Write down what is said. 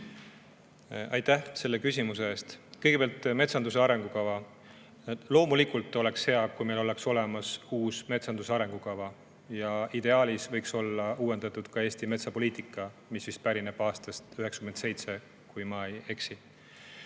Aitäh selle küsimuse eest! Kõigepealt metsanduse arengukava. Loomulikult oleks hea, kui meil oleks olemas uus metsanduse arengukava ja ideaalis võiks olla uuendatud ka Eesti metsapoliitika [dokument], mis pärineb aastast 1997, kui ma ei eksi.